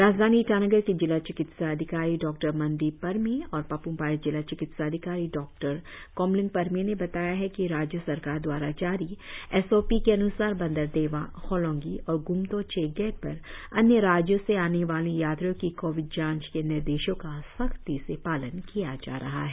राजधानी ईटानगर के जिला चिकित्सा अधिकारी डॉ मनदीप परमे और पाप्मपारे जिला चिकित्सा अधिकारी डॉ कोमलिंग परमे ने बताया है कि राज्य सरकार द्वारा जारी एस ओ पी के अन्सार बंदरदेवा होलोंगी और ग्रम्टो चेकगेट पर अन्य राज्यों से आने वाले यात्रियों की कोविड जांच के निर्देशो का सख्ती से पालन किया जा रहा है